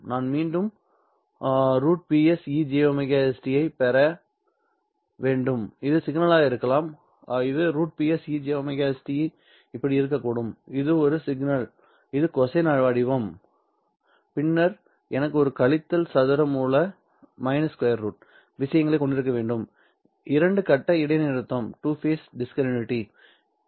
நான் மீண்டும் √Ps e jωs t களைப் பெற வேண்டும் இது ஒரு சிக்னலாக இருக்கலாம் இது √Ps e jωs t இப்படி இருக்கக்கூடும் அது ஒரு சிக்னல் இது கொசைன் அலைவடிவம் பின்னர் எனக்கு ஒரு கழித்தல் சதுர மூல விஷயங்களை கொண்டிருக்க வேண்டும் இரண்டு கட்ட இடைநிறுத்தம் இங்கே இருக்க வேண்டும்